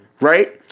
Right